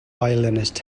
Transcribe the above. violinist